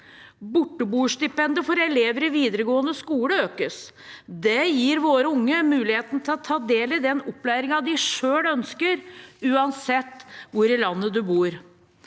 Borteboerstipendet for elever i videregående skole økes. Det gir våre unge muligheten til å ta del i den opplæringen de selv ønsker, uansett hvor i landet de bor.